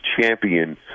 champion